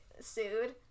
sued